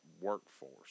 workforce